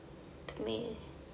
to me